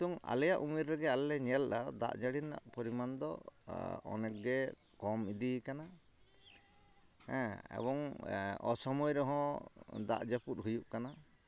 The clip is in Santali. ᱱᱤᱛᱚᱝ ᱟᱞᱮᱭᱟᱜ ᱩᱢᱮᱨ ᱨᱮᱜᱮ ᱟᱞᱮᱞᱮ ᱧᱮᱞᱫᱟ ᱫᱟᱜ ᱡᱟᱹᱲᱤ ᱨᱮᱱᱟᱜ ᱯᱚᱨᱤᱢᱟᱱ ᱫᱚ ᱚᱱᱮᱠᱜᱮ ᱠᱚᱢ ᱤᱫᱤᱭᱠᱟᱱᱟ ᱦᱮᱸ ᱮᱵᱚᱝ ᱚᱥᱚᱢᱚᱭ ᱨᱮᱦᱚᱸ ᱫᱟᱜᱼᱡᱟᱯᱩᱫᱽ ᱦᱩᱭᱩᱜ ᱠᱟᱱᱟ